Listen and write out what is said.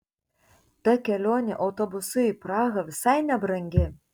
ta kelionė autobusu į prahą visai nebrangi